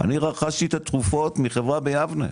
אני רכשתי את התרופות מחברה ביבנה,